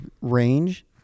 range